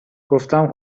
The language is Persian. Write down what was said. گفتم